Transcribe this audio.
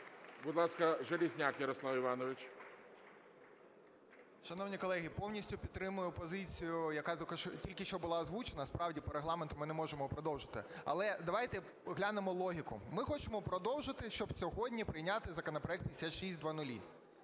Будь ласка, Железняк Ярослав Іванович. 11:47:32 ЖЕЛЕЗНЯК Я.І. Шановні колеги, повністю підтримую позицію, яка тільки що була озвучена, справді по Регламенту ми не можемо продовжити. Але давайте глянемо логіку. Ми хочемо продовжити, щоб сьогодні прийняти законопроект 5600.